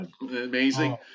Amazing